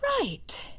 Right